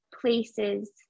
places